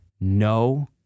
no